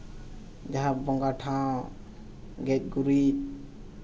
ᱡᱟᱦᱟᱸ ᱵᱚᱸᱜᱟ ᱴᱷᱟᱶ ᱜᱮᱡ ᱜᱩᱨᱤᱡ